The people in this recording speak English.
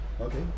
Okay